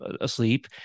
asleep